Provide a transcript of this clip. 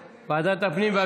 מקלב, ועדת הפנים?